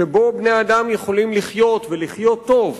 שבו בני אדם יכולים לחיות, ולחיות טוב,